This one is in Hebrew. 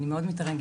אני מאוד מתרגשת.